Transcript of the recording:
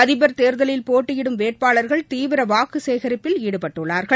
அதிபர் தேர்தலில் போட்டியிடும் வேட்பாளர்கள் தீவிர வாக்கு சேகரிப்பில் ஈடுபட்டுள்ளார்கள்